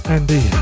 Andy